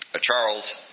Charles